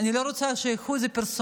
אני לא רוצה שייקחו את זה פרסונלית.